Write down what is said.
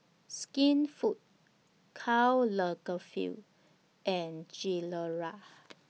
Skinfood Karl Lagerfeld and Gilera